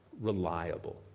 reliable